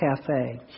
cafe